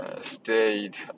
stayed